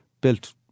built